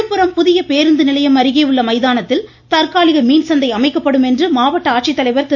விழுப்புரம் புதிய பேருந்து நிலையம் அருகே உள்ள மைதானத்தில் தற்காலிக மீன் சந்தை அமைக்கப்படும் என்று மாவட்ட ஆட்சித்தலைவர் திரு